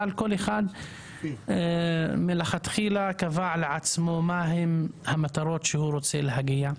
אבל כל אחד מלכתחילה קבע לעצמו מה הן המטרות שהוא רוצה להגיע.